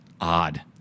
odd